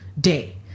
day